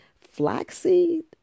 Flaxseed